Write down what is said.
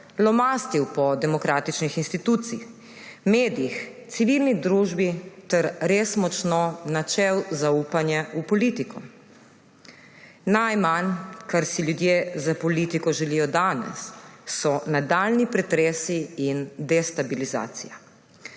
lomastil po demokratičnih institucijah, medijih, civilni družbi ter res močno načel zaupanje v politiko. Najmanj, kar si ljudje za politiko želijo danes, so nadaljnji pretresi in destabilizacija,